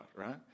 Right